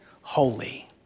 holy